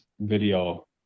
video